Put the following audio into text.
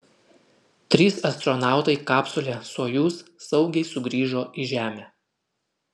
trys astronautai kapsule sojuz saugiai sugrįžo į žemę